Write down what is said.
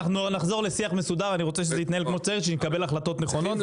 נחזור לשיח מסודר כדי שנקבל החלטות נכונות.